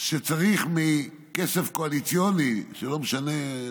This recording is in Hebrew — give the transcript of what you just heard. כשצריך כסף קואליציוני לניידות,